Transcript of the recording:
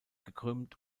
gekrümmt